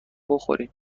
بخوریم